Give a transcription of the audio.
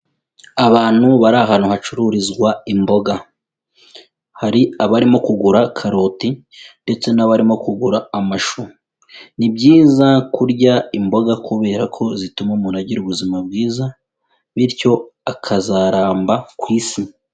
Abantu bari ahantu hacururizwa imboga, hari abarimo kugura karoti ndetse n'abarimo kugura amashu, ni byiza kurya imboga kubera ko zituma umuntu agira ubuzima bwiza bityo akazaramba ku Isi.